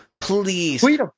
Please